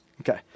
Okay